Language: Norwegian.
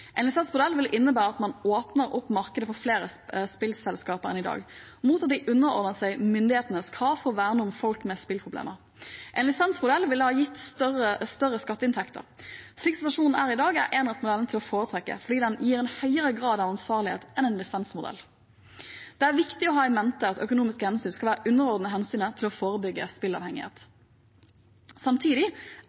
En lisensmodell vil innebære at man åpner opp markedet for flere spillselskaper enn i dag, mot at de underordner seg myndighetenes krav for å verne om folk med spilleproblemer. En lisensmodell ville ha gitt større skatteinntekter. Slik situasjonen er i dag, er enerettsmodellen å foretrekke, fordi den gir en høyere grad av ansvarlighet enn en lisensmodell. Det er viktig å ha i mente at økonomiske hensyn skal være underordnet hensynet til å forebygge spillavhengighet. Samtidig